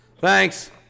thanks